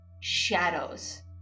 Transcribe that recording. shadows